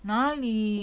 哪里